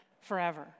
forever